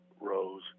Rose